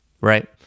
Right